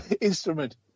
Instrument